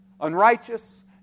unrighteous